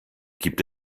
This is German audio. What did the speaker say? gibt